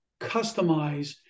customize